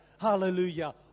Hallelujah